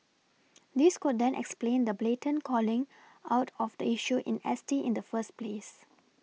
this could then explain the blatant calling out of the issue in S T in the first place